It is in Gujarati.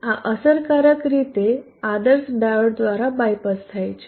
આ અસરકારક રીતે આદર્શ ડાયોડ દ્વારા બાયપાસ થાય છે